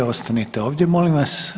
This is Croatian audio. Ostanite ovdje molim vas.